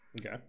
Okay